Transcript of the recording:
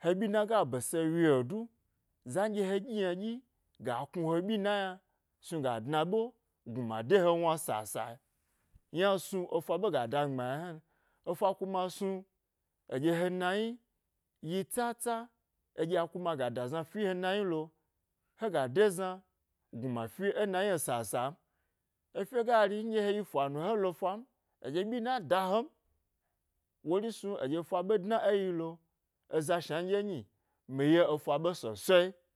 he ɓyina ga bese wyo du za nɗye he ɗyi ynaɗyi ga knu he ɓyi na yna snuga dna ɓe gnuma de he wna sasae. Yna snu efa ɓe gada mi gbma yna hnan. Efa kuma snu aɗye he nayi yi tsatsa eɗya kuma da zna fi e he nayi lo, hega de zna gnuma fe e nayi'o sasa n. Efye gari nɗye yi fanu helo fa n aɗye byina da hem wori snu aɗye efa ɓe dna yilo, eza shna n ɗye nyi mi ye efa ɓe sosoi.